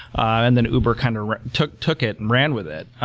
and then, uber kind of took took it and ran with it.